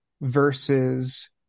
versus